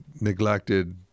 neglected